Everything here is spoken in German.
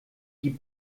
die